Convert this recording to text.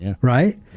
Right